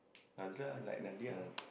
Nazlah like Nadiah ah